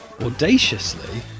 audaciously